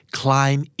climb